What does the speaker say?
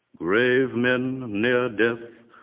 grave men, near death,